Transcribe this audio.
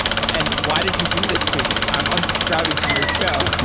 and why did you do this to me. i'm unsubscribing from your show.